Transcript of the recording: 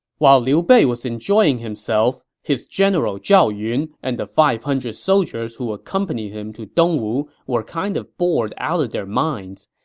while liu bei was enjoying himself, his general zhao yun and the five hundred soldiers who accompanied him to dongwu were kind of bored out of their minds.